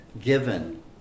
given